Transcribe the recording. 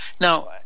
Now